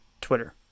Twitter